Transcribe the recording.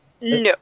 No